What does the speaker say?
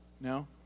No